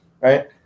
right